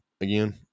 again